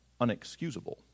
unexcusable